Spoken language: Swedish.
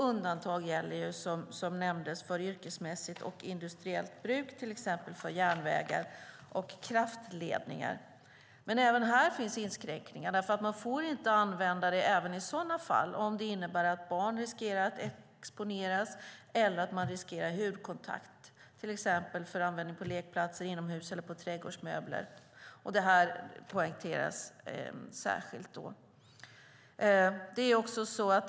Undantag gäller, som nämndes, för yrkesmässigt och industriellt bruk, till exempel för järnvägar och kraftledningar. Men även här finns inskränkningar. Man får inte heller använda det i sådana fall om det innebär att barn riskerar att exponeras eller om man riskerar hudkontakt, till exempel vid användning på lekplatser, inomhus eller på trädgårdsmöbler. Det här poängteras särskilt.